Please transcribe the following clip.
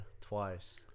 twice